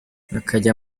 bakajya